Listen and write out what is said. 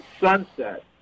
sunset